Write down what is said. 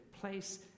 place